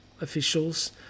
officials